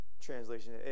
Translation